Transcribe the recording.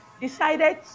decided